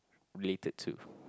related to